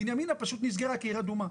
בנימין פשוט נסגרה כעיר אדומה.